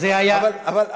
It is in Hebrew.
ראש ממשלה.